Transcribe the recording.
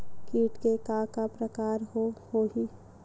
कीट के का का प्रकार हो होही?